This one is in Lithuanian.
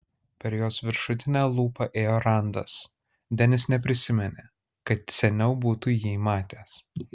per jos viršutinę lūpą ėjo randas denis neprisiminė kad seniau būtų jį matęs